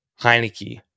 heineke